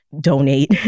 donate